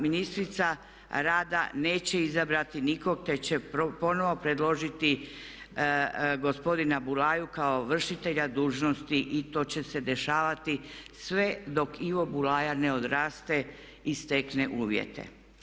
Ministrica rada neće izabrati nikog, te će ponovo predložiti gospodina Bulaju kao vršitelja dužnosti i to će se dešavati sve dok Ivo Bulaja ne odraste i stekne uvjete.